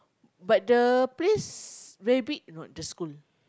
but the place very big are not the school